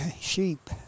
sheep